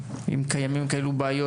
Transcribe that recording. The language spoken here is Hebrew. אם קיימות בעיות,